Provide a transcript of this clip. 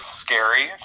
scary